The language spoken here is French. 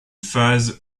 phase